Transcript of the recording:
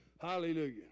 Hallelujah